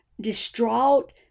distraught